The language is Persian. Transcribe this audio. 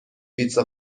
پیتزا